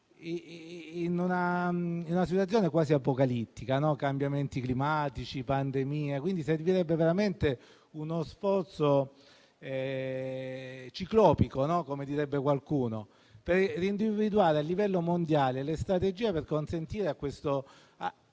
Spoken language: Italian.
in una situazione quasi apocalittica (cambiamenti climatici, pandemia). Quindi, servirebbe davvero uno sforzo ciclopico, come direbbe qualcuno, per individuare a livello mondiale le strategie per consentire la